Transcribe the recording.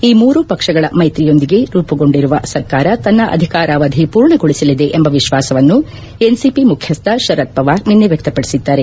ಈ ಮೂರೂ ಪಕ್ಷಗಳ ಮೈತ್ರಿಯೊಂದಿಗೆ ರೂಪುಗೊಂಡಿರುವ ಸರ್ಕಾರ ತನ್ನ ಅಧಿಕಾರಾವಧಿ ಪೂರ್ಣಗೊಳಿಸಲಿದೆ ಎಂಬ ವಿಶ್ವಾಸವನ್ನು ಎನ್ಸಿಪಿ ಮುಖ್ಲಸ್ತ ಶರದ್ ಪವಾರ್ ನಿನ್ನೆ ವ್ಯಕ್ತಪಡಿಸಿದ್ದಾರೆ